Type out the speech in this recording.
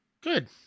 Good